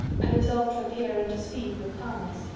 and resolved to appear and to speak with calmness,